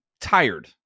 tired